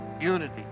unity